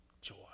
joy